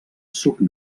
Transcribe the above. suc